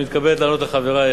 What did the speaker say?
אני מתכבד לענות לחברי,